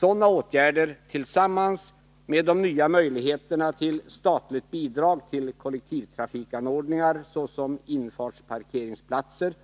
Sådana åtgärder tillsammans med de nya möjligheterna till statligt bidrag till kollektivtrafikanordningar såsom infartsparkeringsplatser